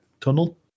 tunnel